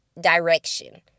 direction